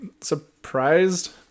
surprised